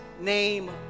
name